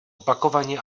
opakovaně